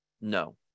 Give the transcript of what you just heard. No